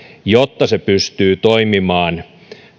jotta se pystyy toimimaan